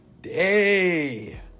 day